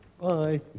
bye